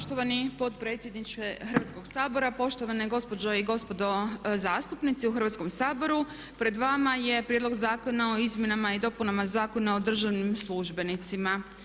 Poštovani potpredsjedniče Hrvatskoga sabora, poštovane gospođe i gospodo zastupnici u Hrvatskom saboru pred vama je Prijedlog zakona o izmjenama i dopunama Zakona o državnim službenicima.